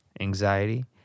Anxiety